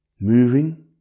moving